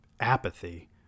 apathy